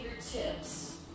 fingertips